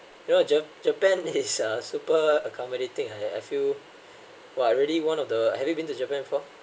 you know ja~ japan is a super accommodating I I feel !wah! really one of the have you been to japan before